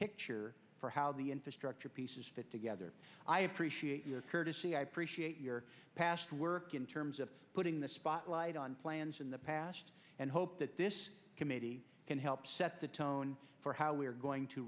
picture for how the infrastructure pieces fit together i appreciate your courtesy i appreciate your past work in terms of putting the spotlight on plans in the past and hope that this committee can help set the tone for how we're going to